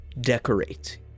decorate